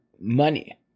money